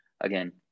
Again